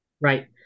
Right